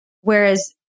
Whereas